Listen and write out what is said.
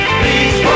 please